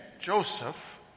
Joseph